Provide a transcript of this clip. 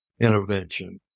intervention